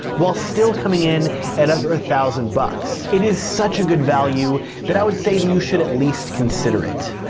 while still coming in at under a thousand bucks. it is such a good value that i would say that you should at least consider it.